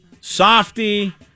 Softy